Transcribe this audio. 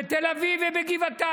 בתל אביב ובגבעתיים,